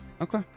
Okay